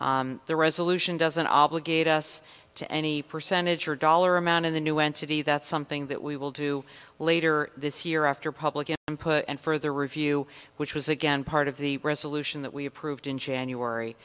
interest the resolution doesn't obligate us to any percentage or dollar amount of the new entity that's something that we will do later this year after public get input and further review which was again part of the resolution that we approved in january